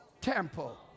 temple